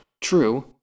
true